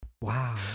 Wow